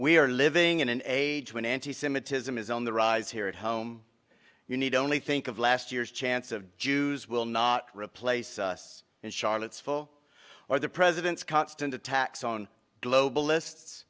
we are living in an age when anti semitism is on the rise here at home you need only think of last year's chance of jews will not replace us in charlottesville or the president's constant attacks on globalist